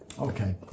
Okay